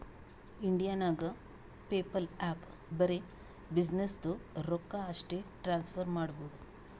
India ನಾಗ್ PayPal app ಬರೆ ಬಿಸಿನ್ನೆಸ್ದು ರೊಕ್ಕಾ ಅಷ್ಟೇ ಟ್ರಾನ್ಸಫರ್ ಮಾಡಬೋದು